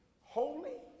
Holy